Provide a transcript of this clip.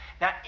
Now